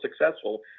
successful